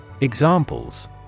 Examples